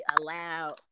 allowed